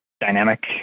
dynamic